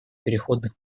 переходных